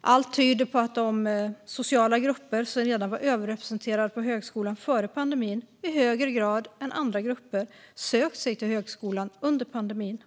Allt tyder på att de sociala grupper som redan var överrepresenterade på högskolan före pandemin i högre grad än andra grupper sökt sig till högskolan under pandemin.